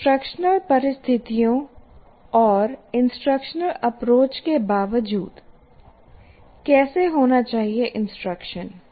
instructional परिस्थितियों और instructional approach के बावजूद कैसे होना चाहिए इंस्ट्रक्शन